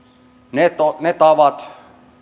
ne tavat